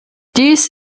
dies